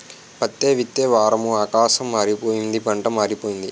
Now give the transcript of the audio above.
పత్తే విత్తే వారము ఆకాశం మారిపోయింది పంటా మారిపోయింది